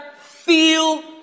feel